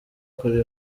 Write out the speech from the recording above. kuri